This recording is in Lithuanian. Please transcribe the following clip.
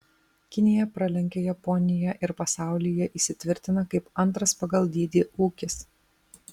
kinija pralenkia japoniją ir pasaulyje įsitvirtina kaip antras pagal dydį ūkis